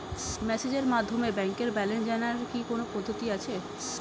মেসেজের মাধ্যমে ব্যাংকের ব্যালেন্স জানার কি কোন পদ্ধতি আছে?